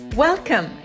Welcome